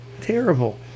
Terrible